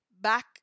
Back